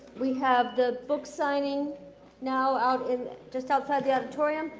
we have the book signing now out in, just outside the auditorium.